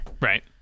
Right